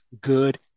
good